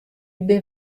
binne